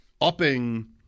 upping